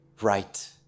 right